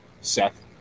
Seth